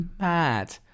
mad